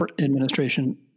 administration